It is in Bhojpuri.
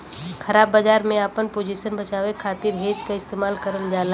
ख़राब बाजार में आपन पोजीशन बचावे खातिर हेज क इस्तेमाल करल जाला